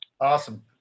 awesome